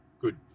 good